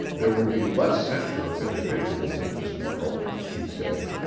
there would be less censure of individuals in this world, he said,